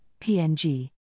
PNG